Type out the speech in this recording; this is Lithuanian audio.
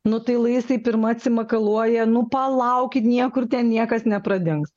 nu tai lai jisai pirma atsimakaluoja nu palaukit niekur ten niekas nepradings